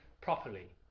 properly